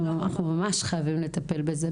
אנחנו ממש חייבים לטפל בזה,